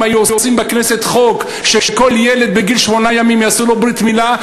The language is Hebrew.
אם היו עושים בכנסת חוק שכל ילד בגיל שמונה ימים יעשו לו ברית מילה,